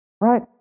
right